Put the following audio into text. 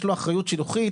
יש לו אחריות שילוחית,